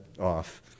Off